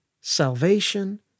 salvation